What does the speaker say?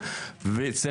אנחנו רשויות התכנון,